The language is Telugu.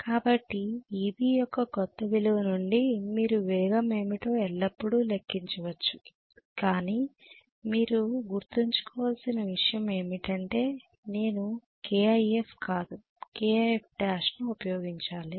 కాబట్టి Eb యొక్క క్రొత్త విలువ నుండి మీరు వేగం ఏమిటో ఎల్లప్పుడూ లెక్కించవచ్చు కాని మీరు గుర్తుంచుకోవలసిన విషయం ఏమిటంటే నేను kIf కాదు kIfl ను ఉపయోగించాలి